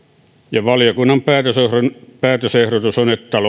ja valiokunnan päätösehdotus